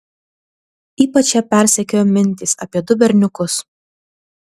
ypač ją persekiojo mintys apie du berniukus